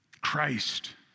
Christ